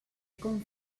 com